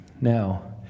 Now